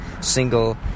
single